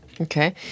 Okay